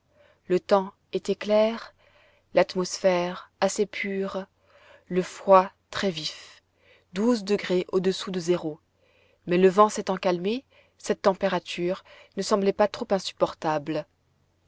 le temps était clair l'atmosphère assez pure le froid très vif douze degrés au-dessous de zéro mais le vent s'étant calmé cette température ne semblait pas trop insupportable